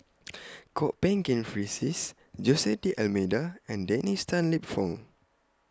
Kwok Peng Kin Francis Jose D'almeida and Dennis Tan Lip Fong